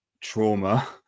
trauma